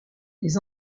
les